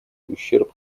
ущерб